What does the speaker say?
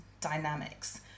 dynamics